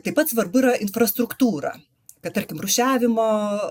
taip pat svarbu yra infrastruktūra kad tarkim rūšiavimo